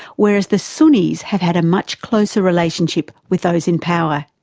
whereas the sunnis have had a much closer relationship with those in power.